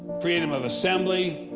freedom of assembly,